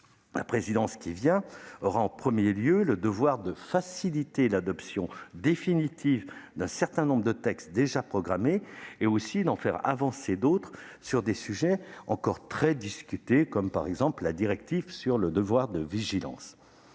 La présidence qui vient devra en premier lieu faciliter l'adoption définitive d'un certain nombre de textes déjà programmés et en faire avancer d'autres, sur des sujets encore très discutés, tels que la directive relative au devoir de vigilance